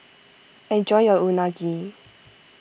enjoy your Unagi